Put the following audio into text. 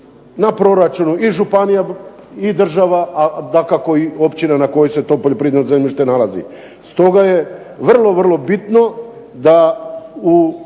na proračunu i županija i država, a dakako i općina na kojoj se to poljoprivredno zemljište nalazi. Stoga je vrlo vrlo bitno da u